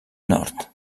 nord